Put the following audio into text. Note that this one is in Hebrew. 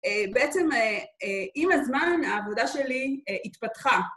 בעצם עם הזמן העבודה שלי התפתחה.